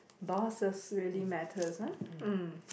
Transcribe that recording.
buses really matters ah mm